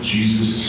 Jesus